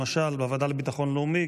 למשל בוועדה לביטחון לאומי,